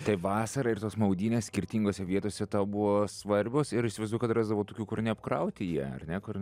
tai vasara ir tos maudynės skirtingose vietose buvo svarbios ir įsivaizduoju kad rasdavo tokių kur neapkrauti jie ar ne kur